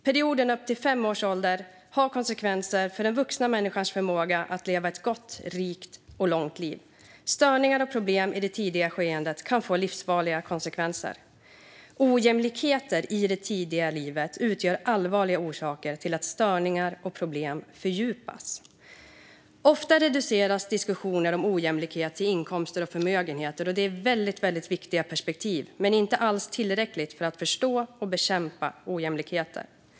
Perioden upp till fem års ålder får konsekvenser för den vuxna människans förmåga att leva ett gott, rikt och långt liv. Störningar och problem i det tidiga skedet kan få livslånga konsekvenser. Ojämlikheter i det tidiga livet utgör allvarliga orsaker till att störningar och problem fördjupas. Ofta reduceras diskussioner om ojämlikhet till inkomster och förmögenhet. Det är ett väldigt viktigt perspektiv men inte alls tillräckligt för att förstå och bekämpa ojämlikheter.